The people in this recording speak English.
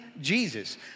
Jesus